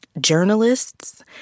journalists